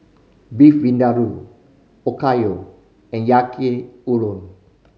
Beef Vindaloo Okayu and Yaki Udon